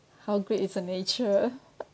how great is the nature